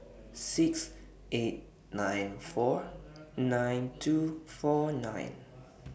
six eight nine four nine two four nine